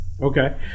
Okay